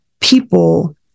people